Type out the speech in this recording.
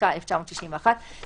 ל-250 נוכל גם להשלים סוגים נוספים,